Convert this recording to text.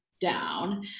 Down